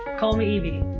call me evie.